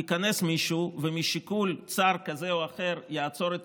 ייכנס מישהו ומשיקול צר כזה או אחר יעצור את